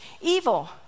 evil